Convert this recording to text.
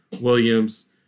Williams